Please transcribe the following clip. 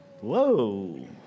Whoa